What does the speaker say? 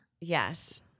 Yes